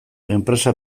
enpresa